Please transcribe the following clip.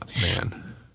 man